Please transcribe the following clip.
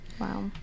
Wow